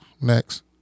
Next